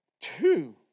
two